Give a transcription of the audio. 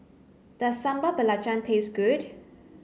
does sambal belacan taste good